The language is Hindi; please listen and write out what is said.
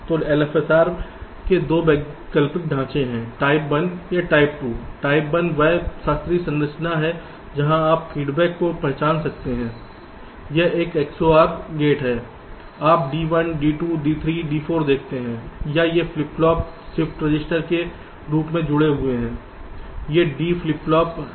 तो LFSR के 2 वैकल्पिक ढाँचे हैं टाइप 1 या टाइप 2 टाइप 1 वह शास्त्रीय संरचना है जहाँ आप फीडबैक को पहचान सकते हैं यह एक XOR गेट है आप D1 D2 D3 D4 देखते हैं या ये फ्लिप फ्लॉप शिफ्ट रजिस्टर के रूप में जुड़े हैं ये D फ्लिप फ्लॉप हैं